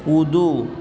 कूदू